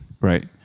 right